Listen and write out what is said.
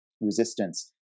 resistance